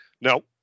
No